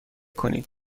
کنید